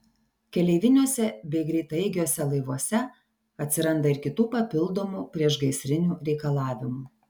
keleiviniuose bei greitaeigiuose laivuose atsiranda ir kitų papildomų priešgaisrinių reikalavimų